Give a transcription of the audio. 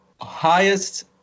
highest